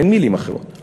אין מילים אחרות,